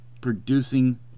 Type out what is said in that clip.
producing